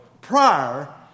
prior